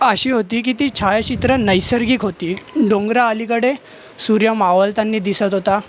अशी होती की ती छायाचित्रं नैसर्गिक होती डोंगराअलीकडे सूर्य मावळताना दिसत होता